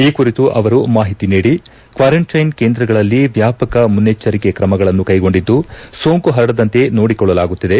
ಈ ಕುರಿತು ಅವರು ಮಾಹಿತಿ ನೀಡಿ ಕ್ವಾರಂಟೈನ್ ಕೇಂದ್ರಗಳಲ್ಲಿ ವ್ಯಾಪಕ ಮುನ್ನೆಚ್ಚರಿಕೆ ಕ್ರಮಗಳನ್ನು ಕೈಗೊಂಡಿದ್ದು ಸೋಂಕು ಹರಡದಂತೆ ನೋಡಿಕೊಳ್ಳಲಾಗುತ್ತಿದೆ